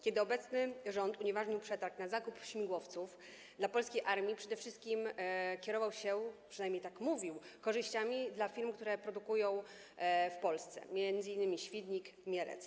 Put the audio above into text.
Kiedy obecny rząd unieważnił przetarg na zakup śmigłowców dla polskiej armii, przede wszystkim kierował się, przynajmniej tak mówił, korzyściami dla firm, które produkują w Polsce, m.in. chodzi o Świdnik, Mielec.